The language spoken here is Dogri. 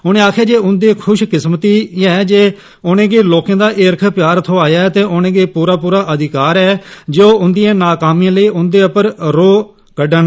उनें आक्खेआ जे उंदी खुषकिस्मर्ती ऐ जे उनेंगी लोकें दा हिर्ख प्यार थ्होआ ऐ ते उनेंगी प्रा प्रा अधिकार ऐ जे ओ उंदिएं नाकामिएं लेई उंदे पर रौह कड्डन